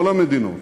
כל המדינות